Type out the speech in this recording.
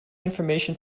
information